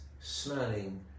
smelling